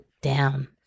down